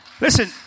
Listen